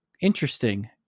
interesting